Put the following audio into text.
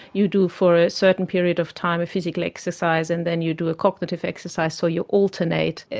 you do for a certain period of time a physical exercise and then you do a cognitive exercise, so you alternate.